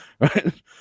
right